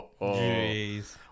Jeez